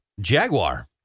Jaguar